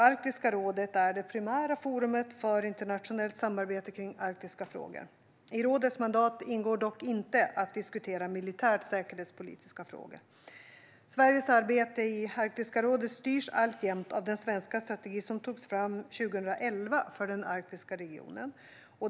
Arktiska rådet är det primära forumet för internationellt samarbete kring arktiska frågor. I rådets mandat ingår dock inte att diskutera militärt säkerhetspolitiska frågor. Sveriges arbete i Arktiska rådet styrs alltjämt av den svenska strategi som togs fram 2011 för den arktiska regionen.